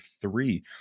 three